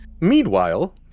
Meanwhile